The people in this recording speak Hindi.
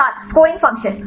छात्र स्कोरिंग फ़ंक्शन